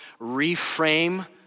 reframe